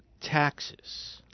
taxes